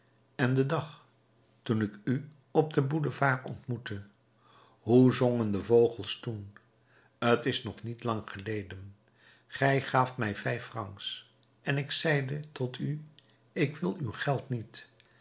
en den dag toen ik u op den boulevard ontmoette hoe zongen de vogels toen t is nog niet lang geleden gij gaaft mij vijf francs en ik zeide tot u ik wil uw geld niet